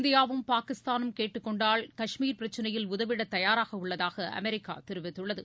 இந்தியாவும் பாகிஸ்தானும் கேட்டுக்கொண்டால் கஷ்மீர் பிரச்சனையில் உதவிட தயாராக உள்ளதாக அமெரிக்கா தெரிவித்துள்ளது